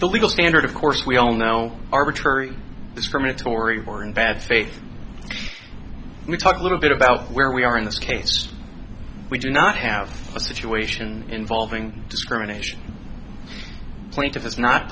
the legal standard of course we all know arbitrary discriminatory or in bad faith we talk a little bit about where we are in this case we do not have a situation involving discrimination plaintiff has not